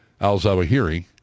Al-Zawahiri